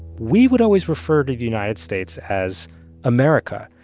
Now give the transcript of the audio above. we would always refer to the united states as america,